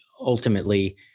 ultimately